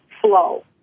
flow